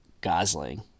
gosling